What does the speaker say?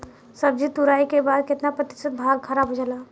सब्जी तुराई के बाद केतना प्रतिशत भाग खराब हो जाला?